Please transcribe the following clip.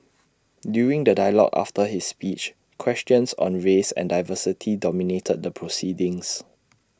during the dialogue after his speech questions on race and diversity dominated the proceedings